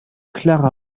clara